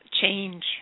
change